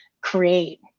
create